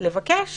לבקש